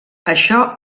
això